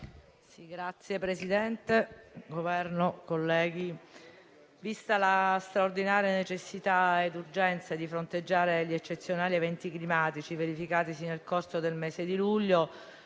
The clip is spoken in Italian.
Signor Presidente, Governo, colleghi, viste la straordinaria necessità e l'urgenza di fronteggiare gli eccezionali eventi climatici verificatisi nel costo del mese di luglio,